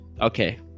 okay